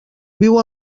viu